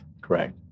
Correct